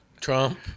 Trump